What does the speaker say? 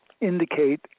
indicate